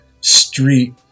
street